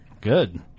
Good